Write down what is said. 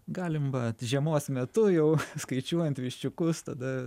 galim vat žiemos metu jau skaičiuojant viščiukus tada